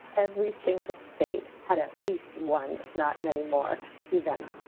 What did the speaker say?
every single state had at least one if not many more events.